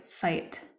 fight